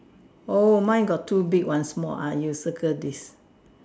oh my got two big one small ah you circle this